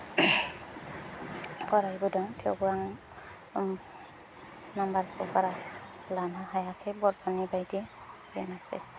फरायबोदों थेवबो आं ओं नाम्बारखौ बारा लानो हायाखै बड'नि बायदि बेनोसै